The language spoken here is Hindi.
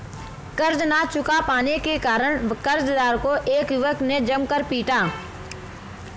कर्ज ना चुका पाने के कारण, कर्जदार को एक युवक ने जमकर पीटा